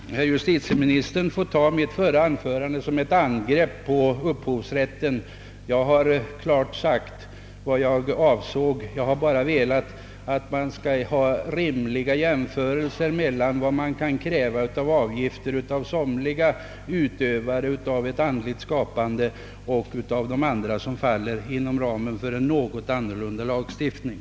Herr talman! Justitieministern får inte betrakta mitt förra anförande som ett angrepp på upphovsrätten. Jag har klart sagt vad jag ansåg; jag har endast velat ha rimliga proportioner mellan avgifterna från somliga utövare av ett andligt skapande och från andra som faller inom ramen för en något annorlunda lagstiftning.